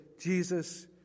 Jesus